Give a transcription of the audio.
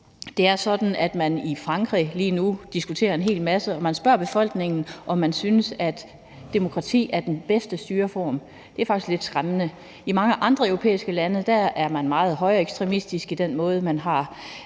Det er sådan, at man i Frankrig lige nu diskuterer en hel masse, og man spørger befolkningen, om de synes, at demokrati er den bedste styreform, og det er faktisk lidt skræmmende. I mange andre europæiske lande er de meget højreekstremistiske i den måde, de har